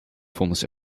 vonnis